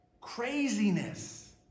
craziness